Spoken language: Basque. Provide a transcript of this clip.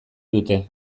dute